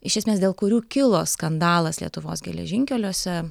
iš esmės dėl kurių kilo skandalas lietuvos geležinkeliuose